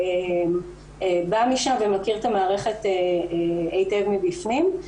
בא משם ומכיר את המערכת היטב מבפנים.